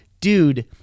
Dude